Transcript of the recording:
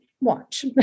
watch